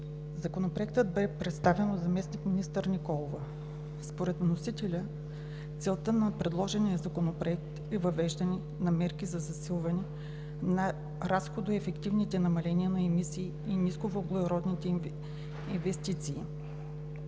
Законопроектът бе представен от заместник-министър Николова. Според вносителя целта на предложения законопроект е въвеждане на мерки за засилване на разходоефективните намаления на емисии и на нисковъглеродните инвестиции.